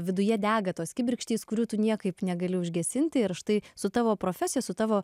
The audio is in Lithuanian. viduje dega tos kibirkštys kurių tu niekaip negali užgesinti ir štai su tavo profesija su tavo